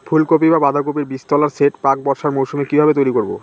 ফুলকপি বা বাঁধাকপির বীজতলার সেট প্রাক বর্ষার মৌসুমে কিভাবে তৈরি করব?